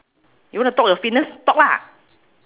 you want to talk a fitness talk lah